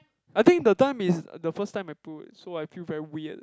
I think the time is the first time I put so I feel very weird